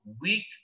weak